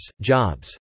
jobs